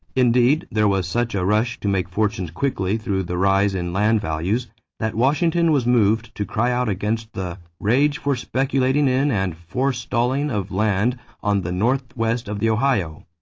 indeed, there was such a rush to make fortunes quickly through the rise in land values that washington was moved to cry out against the rage for speculating in and forestalling of land on the north west of the ohio,